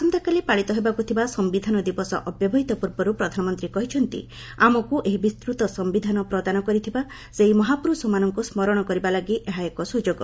ଆସନ୍ତାକାଲି ପାଳିତ ହେବାକୁ ଥିବା ସମ୍ଭିଧାନ ଦିବସ ଅବ୍ୟବହିତ ପୂର୍ବରୁ ପ୍ରଧାନମନ୍ତ୍ରୀ କହିଛନ୍ତି ଆମକୁ ଏହି ବିସ୍ତୃତ ସମ୍ଭିଧାନ ପ୍ରଦାନ କରିଥିବା ସେହି ମହାପୁରୁଷମାନଙ୍କୁ ସ୍କରଣ କରିବା ଲାଗି ଏହା ଏକ ସୁଯୋଗ